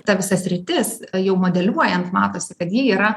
ta visa sritis jau modeliuojant matosi kad ji yra